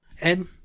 Ed